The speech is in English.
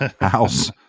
house